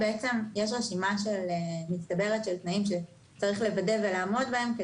יש רשימה מצטברת של תנאים שצריך לוודא ולעמוד בהם.